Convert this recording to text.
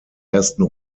ersten